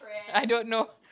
I don't know